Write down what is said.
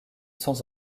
sans